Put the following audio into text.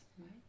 right